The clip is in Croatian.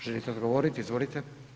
Želite odgovoriti, izvolite.